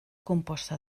composta